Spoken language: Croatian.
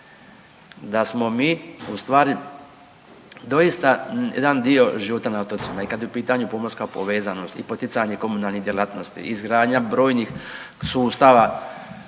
da smo mi u stvari doista jedan dio života na otocima i kad je u pitanju pomorska povezanost i poticanje komunalnih djelatnosti, izgradnja brojnih sustava